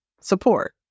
support